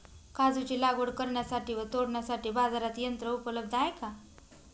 काजूची लागवड करण्यासाठी व तोडण्यासाठी बाजारात यंत्र उपलब्ध आहे का?